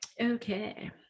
Okay